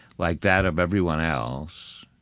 like that of everyone else,